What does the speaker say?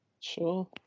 sure